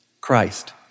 Christ